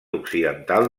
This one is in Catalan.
occidental